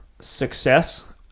success